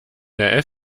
der